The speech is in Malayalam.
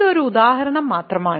ഇത് ഒരു ഉദാഹരണം മാത്രമാണ്